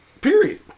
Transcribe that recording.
Period